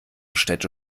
städte